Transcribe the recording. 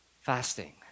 fasting